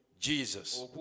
Jesus